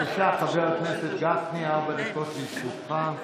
בבקשה, חבר הכנסת גפני, ארבע דקות לרשותך.